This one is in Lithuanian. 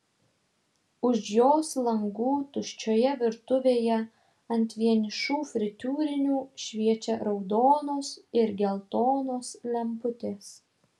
už jos langų tuščioje virtuvėje ant vienišų fritiūrinių šviečia raudonos ir geltonos lemputės